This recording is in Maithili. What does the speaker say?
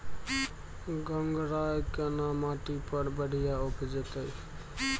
गंगराय केना माटी पर बढ़िया उपजते?